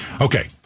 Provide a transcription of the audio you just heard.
Okay